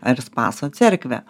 ar į spaso cerkvę